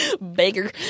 beggar